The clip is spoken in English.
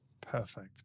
Perfect